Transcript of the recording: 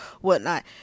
whatnot